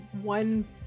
one